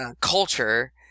culture